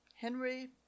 Henry